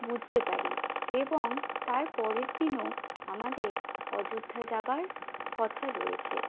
বুঝতে পারি এবং তারপরের দিনও আমাদের অযোধ্যা যাওয়ার কথা রয়েছে